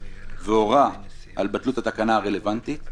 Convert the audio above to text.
והורה על בטלות התקנה הרלוונטית.